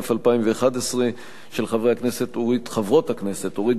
חוק ומשפט תדון בהצעה לסדר-היום של חבר הכנסת אריה אלדד,